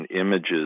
images